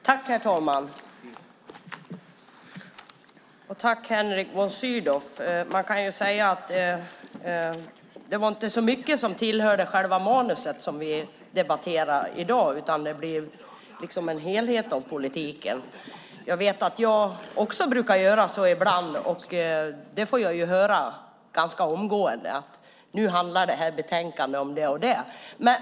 Herr talman! Man kan säga att vi i dag inte debatterar själva betänkandet så mycket utan en politisk helhet. Jag brukar också göra det ibland, och då får jag ganska omgående höra vad betänkandet handlar om.